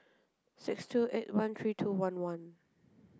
six two eight one three two one one